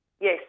Yes